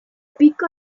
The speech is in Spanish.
pico